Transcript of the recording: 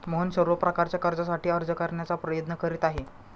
मोहन सर्व प्रकारच्या कर्जासाठी अर्ज करण्याचा प्रयत्न करीत आहे